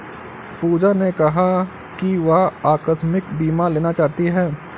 पूजा ने कहा कि वह आकस्मिक बीमा लेना चाहती है